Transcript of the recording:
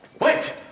Wait